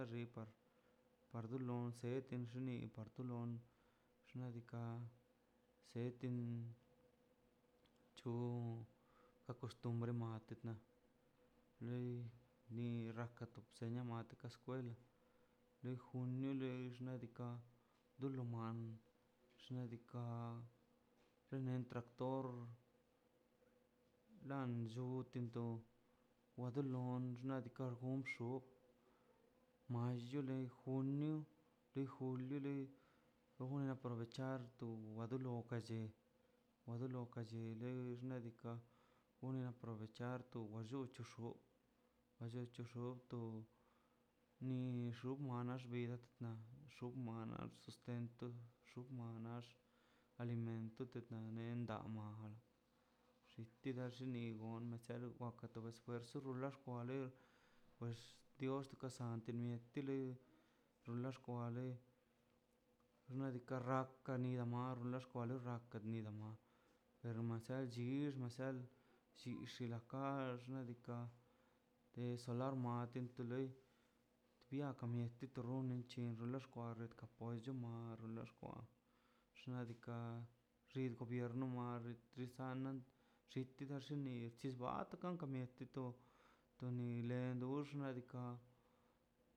Le xipa par bi tu lon setbi xnin par tu lon xnadika setiin cho la costumbre ma natetne loi rakato bseno mia to kaskwel le julione xedika dolo man xnadika xinen tractor lan llutentob wadulon xna' diika' gumxu ma llo lei guin du julio de junin aprovechar tu dolo wale ka che wa do lo kache le nadika gonen aprovechar to no chux kuchoo no cho chuxo to nu xuna tox vida de xu manax te se xuma nax alimento to to imenda tamal xitadi xinol kome sialo xitagono verso rula xkwale pues dios to kansad te mietele dolo xkwale nadika rapkadinale na xkwa nip ka wale ila ma pero machal chix machal xixida kal kax nadika tesodo mal te te loi tia ka mieto to roi ochin ni xkwa xna' diika' xid gobierno mar trisana xitada xini chisbata na kamin a tito tonile dux xna' diika'